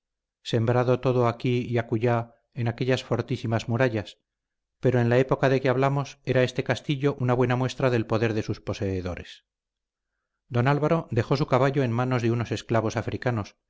sembrado todo aquí y acullá en aquellas fortísimas murallas pero en la época de que hablamos era este castillo una buena muestra del poder de sus poseedores don álvaro dejó su caballo en manos de unos esclavos africanos